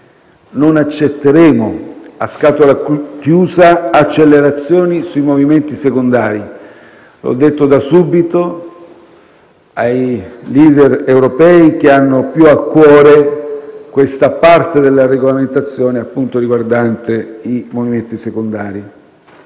non accetteremo a scatola chiusa accelerazioni sui movimenti secondari. L'ho detto da subito ai *leader* europei che hanno più a cuore questa parte della regolamentazione riguardante i movimenti secondari.